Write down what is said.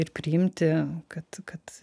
ir priimti kad kad